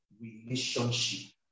relationship